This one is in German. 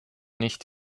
nicht